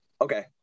Okay